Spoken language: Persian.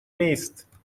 نیست